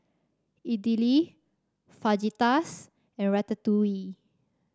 Idili Fajitas and Ratatouille